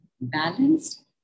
balanced